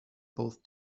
both